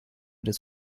des